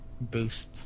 boost